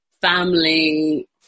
family